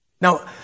Now